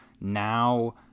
now